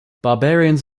barbarians